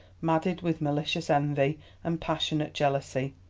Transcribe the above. madded with malicious envy and passionate jealousy.